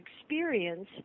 experience